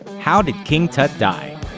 how did king tut die?